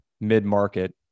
mid-market